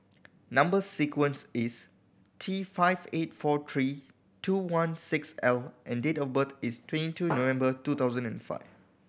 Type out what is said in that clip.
number sequence is T five eight four three two one six L and date of birth is twenty two November two thousand and five